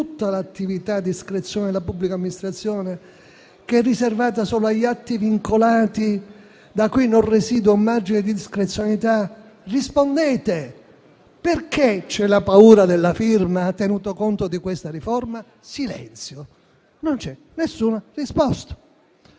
tutta l'attività discrezionale della pubblica amministrazione, che è riservata solo agli atti vincolati, da cui non residua un margine di discrezionalità? Rispondete! Perché c'è la paura della firma, tenuto conto di questa riforma? Silenzio, non c'è nessuna risposta.